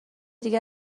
دیگه